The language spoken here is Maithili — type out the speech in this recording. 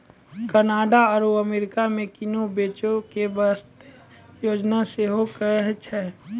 कनाडा आरु अमेरिका मे किनै बेचै के किस्त योजना सेहो कहै छै